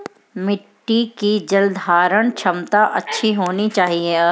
मिट्टी की जलधारण क्षमता अच्छी होनी चाहिए